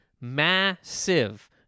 massive